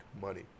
money